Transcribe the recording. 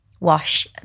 wash